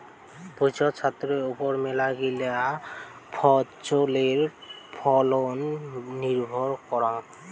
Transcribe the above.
ভুঁইয়ত ছাস্থের ওপর মেলাগিলা ফছলের ফলন নির্ভর করাং